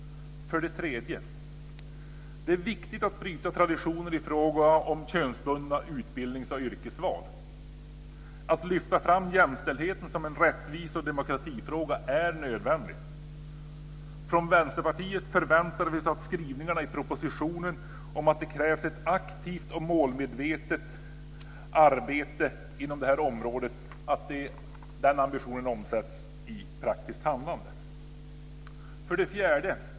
3. Det är viktigt att bryta traditioner i fråga om könsbundna utbildnings och yrkesval. Att lyfta fram jämställdheten som en rättvise och demokratifråga är nödvändigt. Beträffande skrivningarna i propositionen om att det krävs ett aktivt och målmedvetet arbete inom området förväntar vi i Vänsterpartiet oss att den ambitionen omsätts i praktiskt handlande. 4.